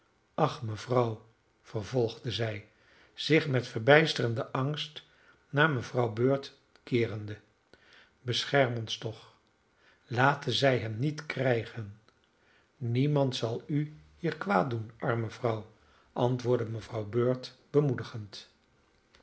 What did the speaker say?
ach mevrouw vervolgde zij zich met verbijsterenden angst naar mevrouw bird keerende bescherm ons toch laten zij hem niet krijgen niemand zal u hier kwaad doen arme vrouw antwoordde mevrouw bird bemoedigend